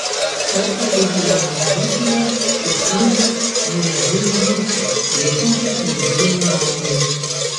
kartą kai gyvenome ūkyje suskambo muedzino balsas kviečiantis vidudienio maldai